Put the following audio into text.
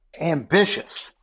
ambitious